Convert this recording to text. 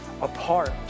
apart